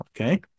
okay